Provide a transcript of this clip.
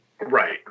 Right